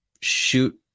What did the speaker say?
shoot